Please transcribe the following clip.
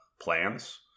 plans